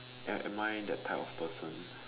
am am I that type of person